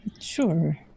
Sure